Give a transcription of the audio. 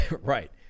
right